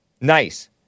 Nice